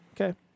Okay